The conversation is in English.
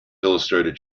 illustrated